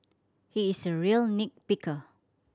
he is a real nit picker